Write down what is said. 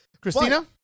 Christina